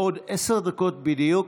בעוד עשר דקות בדיוק,